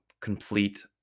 complete